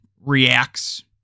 reacts